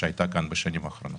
שהיתה פה בשנים האחרונות.